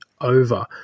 over